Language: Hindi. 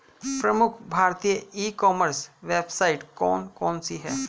प्रमुख भारतीय ई कॉमर्स वेबसाइट कौन कौन सी हैं?